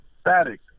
static